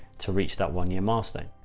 to reach that one year milestone.